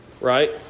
Right